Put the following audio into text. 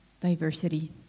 diversity